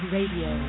Radio